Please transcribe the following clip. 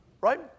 Right